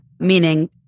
meaning